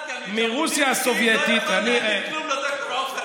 מי שלמד דמוקרטיה מז'בוטינסקי לא יכול להגיד כלום על ד"ר עופר כסיף.